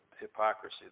hypocrisy